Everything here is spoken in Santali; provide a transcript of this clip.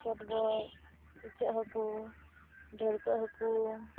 ᱪᱚᱰᱜᱚᱡ ᱤᱪᱟᱹᱜ ᱦᱟᱹᱠᱩ ᱰᱟᱹᱲᱠᱟᱹ ᱦᱟᱹᱠᱩ